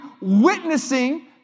witnessing